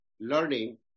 learning